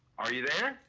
are you there?